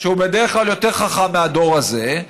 שהוא בדרך כלל יותר חכם מהדור הזה,